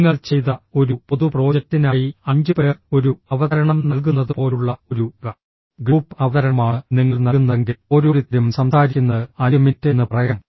നിങ്ങൾ ചെയ്ത ഒരു പൊതു പ്രോജക്റ്റിനായി അഞ്ച് പേർ ഒരു അവതരണം നൽകുന്നതുപോലുള്ള ഒരു ഗ്രൂപ്പ് അവതരണമാണ് നിങ്ങൾ നൽകുന്നതെങ്കിൽ ഓരോരുത്തരും സംസാരിക്കുന്നത് അഞ്ച് മിനിറ്റ് എന്ന് പറയാം